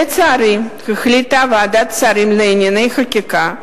לצערי החליטה ועדת שרים לענייני חקיקה,